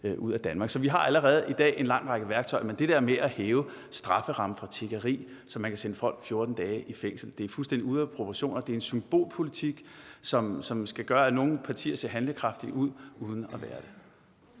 ud af Danmark. Så vi har allerede i dag en lang række værktøjer. Men det der med at hæve strafferammen for tiggeri, så man kan sende folk 14 dage i fængsel, er fuldstændig ude af proportioner og er en symbolpolitik, som skal få nogle partier til at se handlekraftige ud uden at være det.